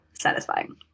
satisfying